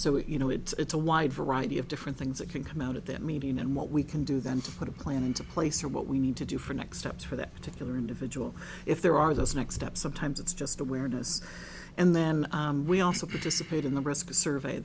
it you know it's a wide variety of different things that can come out at that meeting and what we can do then to put a plan into place or what we need to do for next steps for that particular individual if there are those next steps sometimes it's just awareness and then we also participate in the rest of the survey